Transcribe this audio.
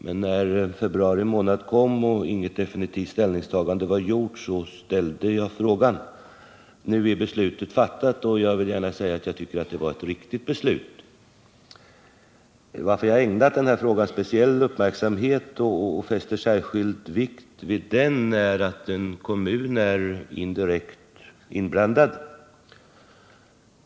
Men när februari månad kom och inget definitivt ställningstagande hade gjorts, då ställde jag frågan. Nu är beslutet fattat, och jag vill gärna säga att jag tycker att det var ett riktigt beslut. Att jag har ägnat den här frågan speciell uppmärksamhet och fäster särskild vikt vid den beror på att en kommun är indirekt inblandad.